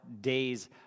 days